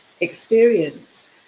experience